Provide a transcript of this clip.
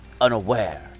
unaware